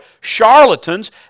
charlatans